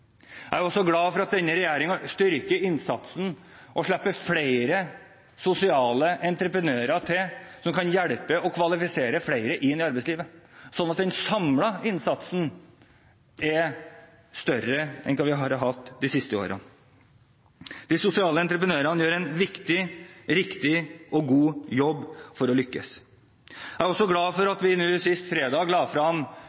Jeg er også glad for at denne regjeringen styrker innsatsen og slipper flere sosiale entreprenører til som kan hjelpe og kvalifisere flere inn i arbeidslivet, slik at den samlede innsatsen er større enn vi har hatt de siste årene. De sosiale entreprenørene gjør en viktig, riktig og god jobb for å lykkes. Jeg er også glad for